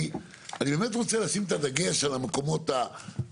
אני באמת רוצה לשים את הדגש על המקומות הנכונים,